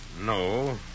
No